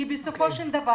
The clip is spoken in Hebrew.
כי בסופו של דבר,